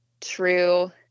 true